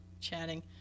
chatting